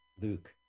luke